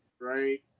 right